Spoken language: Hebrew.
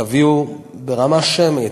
תביאו ברמה השמית.